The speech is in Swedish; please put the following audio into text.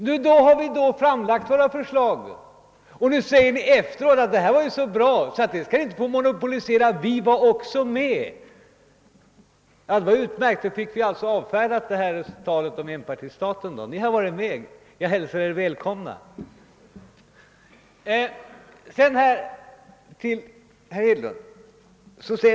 Men nu har vi framlagt våra förslag, och då säger ni efteråt: Det här var ju så bra, att det skall ni inte monopolisera, vi var också med på dem. Det var utmärkt. Då fick vi alltså avfärdat detta tal om enpartistaten. Ni har varit med om detta.